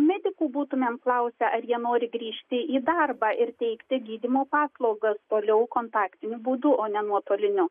medikų būtumėm klausę ar jie nori grįžti į darbą ir teikti gydymo paslaugas toliau kontaktiniu būdu o ne nuotoliniu